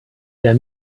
der